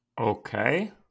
Okay